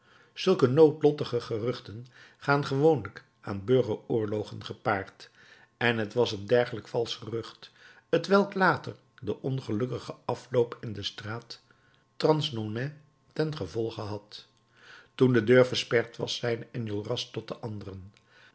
zulke noodlottige geruchten gaan gewoonlijk aan burger oorlogen gepaard en t was een dergelijk valsch gerucht t welk later den ongelukkigen afloop in de straat transnonain ten gevolge had toen de deur versperd was zeide enjolras tot de anderen